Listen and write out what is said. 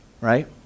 right